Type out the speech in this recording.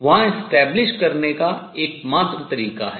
वहां establish स्थापित करने का एकमात्र तरीका है